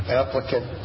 applicant